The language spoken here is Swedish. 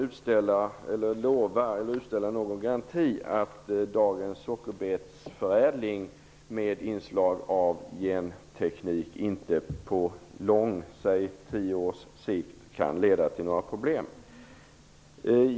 Lennart Daléus undrade om jag kan utställa en garanti för att dagens sockerbetsförädling med inslag av genteknik inte på lång sikt, säg på tio års sikt, leder till problem.